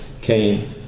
came